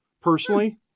Personally